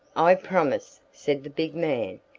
i promise, said the big man,